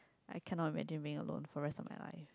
I cannot imagine being alone for rest of my life